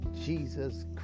Jesus